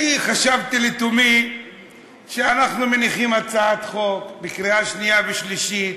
אני חשבתי לתומי שאנחנו מניחים הצעת חוק לקריאה שנייה ושלישית,